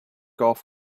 golf